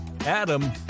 Adam